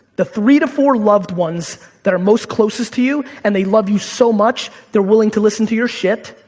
the three to four loved ones that are most closest to you, and they love you so much they're willing to listen to your shit,